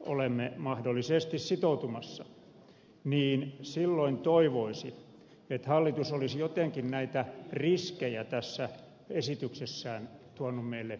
olemme mahdollisesti sitoutumassa niin silloin toivoisi että hallitus olisi jotenkin näitä riskejä tässä esitykses sään tuonut meille esille